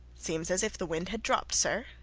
seems as if the wind had dropped, sir.